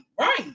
right